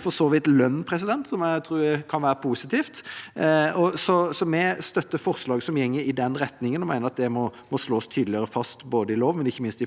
for så vidt også lønn, som jeg tror kan være positivt. Vi støtter forslag som går i den retningen, og mener at det må slås tydeligere fast i lov, men ikke minst i forskrift.